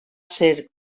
ser